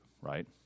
right